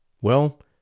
Well